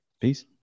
Peace